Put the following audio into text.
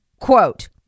quote